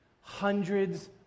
Hundreds